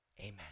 Amen